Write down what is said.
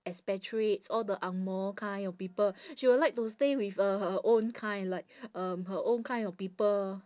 expatriates all the angmoh kind of people she will like to stay with uh her own kind like um her own kind of people